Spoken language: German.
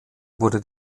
wurde